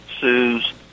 sues